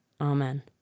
Amen